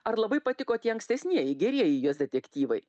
ar labai patiko tie ankstesnieji gerieji jos detektyvai